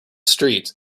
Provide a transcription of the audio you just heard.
street